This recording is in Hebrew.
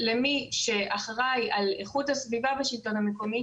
למי שאחראי על איכות הסביבה בשלטון המקומי,